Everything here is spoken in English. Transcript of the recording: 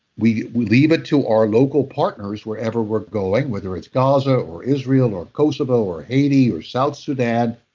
we we leave it to our local partners wherever we're going whether it's gaza, or israel, or kosovo, or haiti, or south sudan,